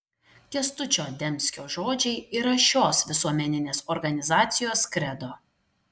kęstučio demskio žodžiai yra šios visuomeninės organizacijos kredo